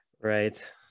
right